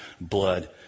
blood